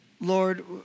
Lord